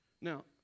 Now